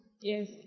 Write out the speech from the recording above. Yes